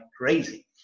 crazy